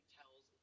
tells